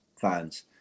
fans